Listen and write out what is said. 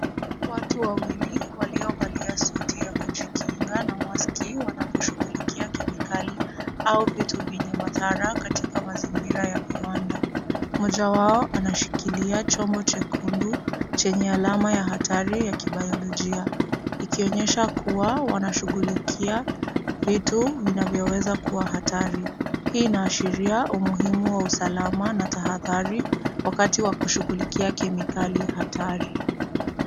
Watu wawili waliovalia suti ya kujikinga na maski wanaposhughulikia kemikali au vitu vyenye madhara katika mazingira ya viwanda. Mmoja wao anashikilia chombo chekundu chenye alama ya hatari ya kibayolojia ikionyesha kuwa wanashughulikia vitu vinavyoweza kuwa hatari. Hii inaashiria umuhimu wa usalama na tahadhari wakati wa kushughulikia kemikali hatari.